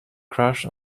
crush